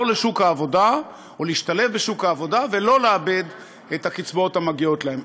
לשוק העבודה ולהשתלב בשוק העבודה ולא לאבד את הקצבאות המגיעות להם.